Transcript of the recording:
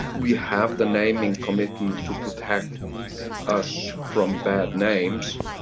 we have the naming committee to protect us from bad names,